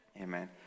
Amen